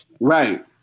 Right